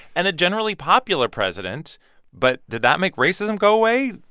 and a generally popular president but did that make racism go away?